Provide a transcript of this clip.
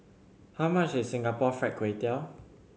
how much is Singapore Fried Kway Tiao